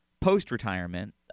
post-retirement